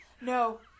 No